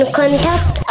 contact